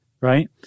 right